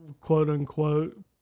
quote-unquote